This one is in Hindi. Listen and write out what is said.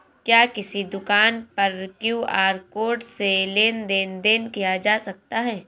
क्या किसी दुकान पर क्यू.आर कोड से लेन देन देन किया जा सकता है?